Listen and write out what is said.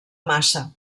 maça